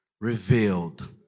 revealed